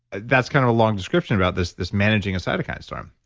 that's kind of a long description about this, this managing a cytokine storm.